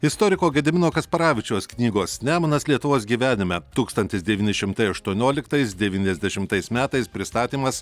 istoriko gedimino kasparavičiaus knygos nemunas lietuvos gyvenime tūkstantis devyni šimtai aštuonioliktais devyniasdešimtais metais pristatymas